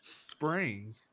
Spring